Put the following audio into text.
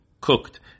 cooked